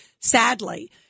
sadly